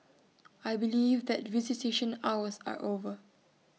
I believe that visitation hours are over